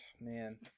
man